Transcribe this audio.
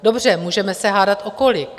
Dobře, můžeme se hádat o kolik.